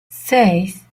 seis